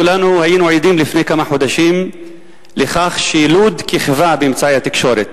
כולנו היינו עדים לפני כמה חודשים לכך שלוד כיכבה באמצעי התקשורת.